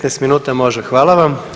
15 minuta može, hvala vam.